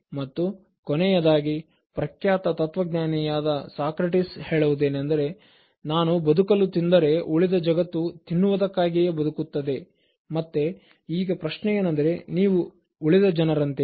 ಮತ್ತು ಕೊನೆಯದಾಗಿ ಪ್ರಖ್ಯಾತ ತತ್ವಜ್ಞಾನಿಯಾದ ಸಾಕ್ರೆಟಿಸ್ ಹೇಳುವುದೇನೆಂದರೆ " ನಾನು ಬದುಕಲು ತಿಂದರೆ ಉಳಿದ ಜಗತ್ತು ತಿನ್ನುವುದಕ್ಕಾಗಿ ಬದುಕುತ್ತದೆ" ಮತ್ತೆ ಈಗ ಪ್ರಶ್ನೆ ಏನೆಂದರೆ ನೀವು ಉಳಿದ ಜನರಂತೆಯೇ